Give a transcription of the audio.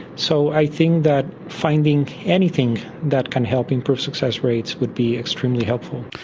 so i think that finding anything that can help improve success rates would be extremely helpful.